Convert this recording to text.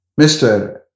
Mr